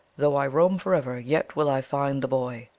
though i roam forever, yet will i find the boy.